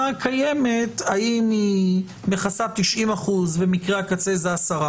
הקיימת מכסה 90% ומקרי הקצה זה 10%,